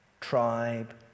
tribe